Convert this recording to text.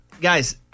Guys